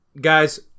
guys